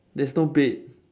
there's no bait